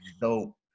dope